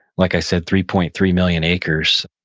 like i said, three point three million acres.